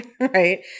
Right